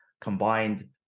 combined